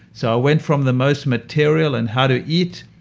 so went from the most material in how to eat,